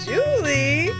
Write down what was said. Julie